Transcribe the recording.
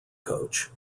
coach